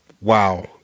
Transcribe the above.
Wow